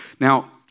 Now